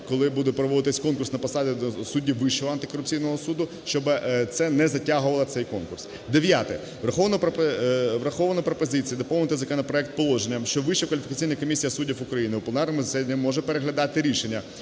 коли буде проводитись конкурс на посади суддів Вищого антикорупційного суду, щоб це не затягувало цей конкурс. Дев'яте. Враховано пропозиції доповнити законопроект положенням, що Вища кваліфікаційна комісія суддів України у пленарному засіданні може переглядати рішення,